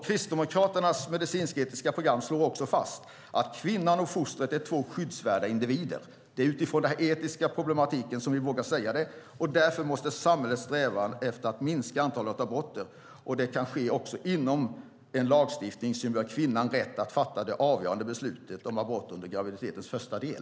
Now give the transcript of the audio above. Kristdemokraternas medicinsk-etiska program slår också fast att kvinnan och fostret är två skyddsvärda individer. Det är utifrån den etiska problematiken som vi vågar säga det. Därför måste samhället sträva efter att minska antalet aborter. Det kan också ske inom en lagstiftning som ger kvinnan rätt att fatta det avgörande beslutet om abort under graviditetens första del.